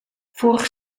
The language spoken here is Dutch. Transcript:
vorig